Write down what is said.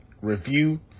review